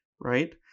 right